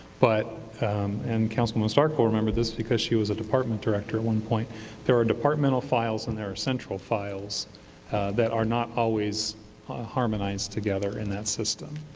but and councilwoman stark will remember this, because she was a department director at one point there are departmental files, and there are central files that are not always harmonized together in that system,